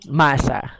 masa